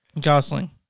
Gosling